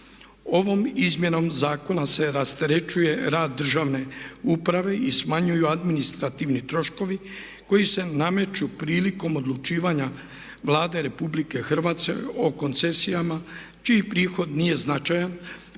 Ovom izmjenom zakona se rasterećuje rad državne uprave i smanjuju administrativni troškovi koji se nameću prilikom odlučivanja Vlade Republike Hrvatske o koncesijama čiji prihod nije značajan